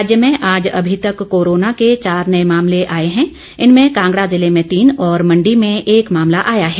राज्य में आज अभी तक कोरोना के चार नए मामले आए हैं इनमें कांगड़ा जिले में तीन और मंडी में एक मामला आया है